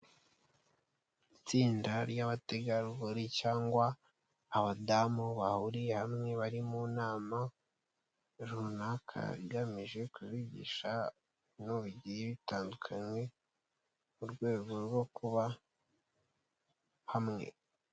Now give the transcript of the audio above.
Itsinda ry'abategarugori cyangwa abadamu bahuriye hamwe, bari mu nama runaka, igamije kubigisha ibintu bigiye bitandukanye mu rwego rwo kuba hamwe.